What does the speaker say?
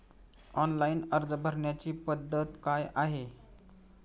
Online अर्ज भरण्याची पद्धत काय आहे?